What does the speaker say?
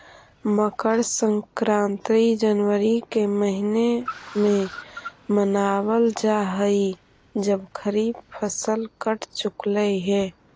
मकर संक्रांति जनवरी के महीने में मनावल जा हई जब खरीफ फसल कट चुकलई हे